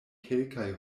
kelkaj